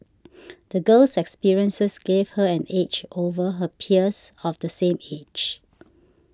the girl's experiences gave her an edge over her peers of the same age